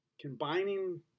combining